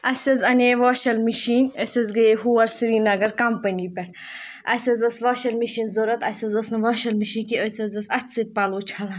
اَسہِ حظ اَنے واشَل مِشیٖن أسۍ حظ گٔیے ہور سرینگر کَمپٔنی پٮ۪ٹھ اَسہِ حظ ٲس واشَل مِشیٖن ضرورَت اَسہِ حظ ٲس نہٕ واشَل مِشیٖن کِہیٖنۍ أسۍ حظ ٲسۍ اَتھٕ سۭتۍ پَلو چھَلان